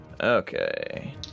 Okay